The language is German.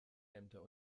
ämter